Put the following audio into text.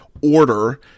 order